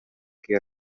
que